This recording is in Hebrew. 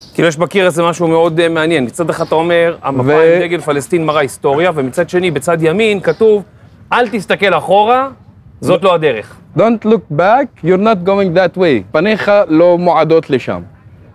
‫כאילו, יש בקיר הזה משהו מאוד מעניין. ‫מצד אחד אתה אומר, ‫המפה עם רגל פלסטין מראה היסטוריה, ‫ומצד שני, בצד ימין, כתוב, ‫אל תסתכל אחורה, זאת לא הדרך. ‫לא תסתכל אחורה, ‫אתה לא יכול ללכת לכאן. ‫פניך לא מועדות לשם.